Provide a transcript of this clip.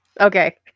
okay